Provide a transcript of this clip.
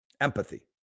empathy